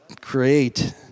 create